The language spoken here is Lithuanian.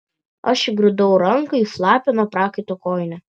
aš įgrūdau ranką į šlapią nuo prakaito kojinę